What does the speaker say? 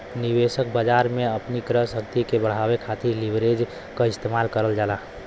निवेशक बाजार में अपनी क्रय शक्ति के बढ़ावे खातिर लीवरेज क इस्तेमाल करल जाला